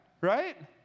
right